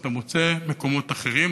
אתה מוצא מקומות אחרים,